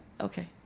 Okay